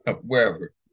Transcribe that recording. wherever